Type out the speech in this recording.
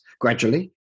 gradually